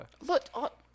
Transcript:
Look